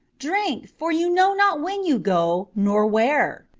drink, for you know not when you go nor where.